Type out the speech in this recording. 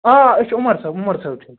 آ أسۍ چھِ عُمر صٲب عُمر صٲب چھِ أسۍ